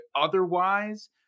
otherwise